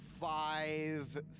five